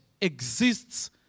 exists